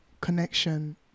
connection